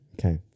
Okay